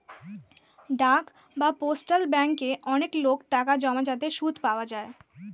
ডাক বা পোস্টাল ব্যাঙ্কে অনেক লোক টাকা জমায় যাতে সুদ পাওয়া যায়